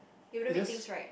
yes